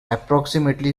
approximately